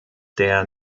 der